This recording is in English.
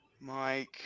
Mike